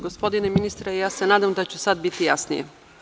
Gospodine ministre, ja se nadam da ću sada biti jasnija.